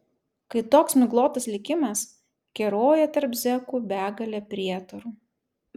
kai toks miglotas likimas keroja tarp zekų begalė prietarų